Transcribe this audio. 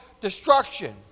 Destruction